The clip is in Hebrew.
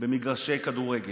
במגרשי כדורגל.